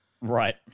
Right